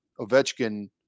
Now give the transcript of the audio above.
Ovechkin